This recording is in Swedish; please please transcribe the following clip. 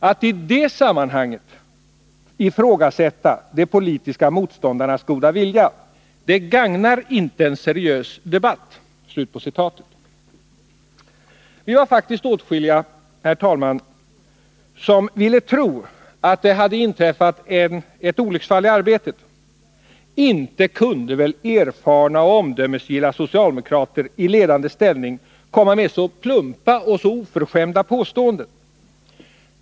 Att i det sammanhanget ifrågasätta de politiska motståndarnas goda vilja gagnar inte en seriös debatt.” Vi var faktiskt åskilliga, herr talman, som ville tro att det hade inträffat ett olycksfall i arbetet. Inte kunde väl erfarna och omdömesgilla socialdemokrater i ledande ställning komma med så plumpa och oförskämda påståenden.